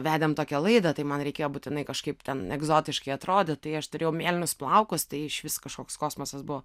vedėm tokią laidą tai man reikėjo būtinai kažkaip ten egzotiškai atrodyt tai aš turėjau mėlynus plaukus tai išvis kažkoks kosmosas buvo